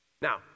Now